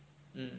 mm